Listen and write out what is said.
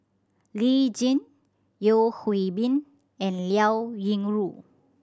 Lee Tjin Yeo Hwee Bin and Liao Yingru